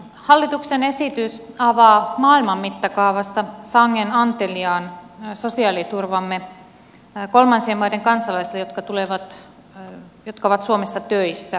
hallituksen esitys avaa maailman mittakaavassa sangen anteliaan sosiaaliturvamme kolmansien maiden kansalaisille jotka ovat suomessa töissä